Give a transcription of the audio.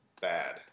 bad